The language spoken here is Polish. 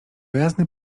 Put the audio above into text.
jasny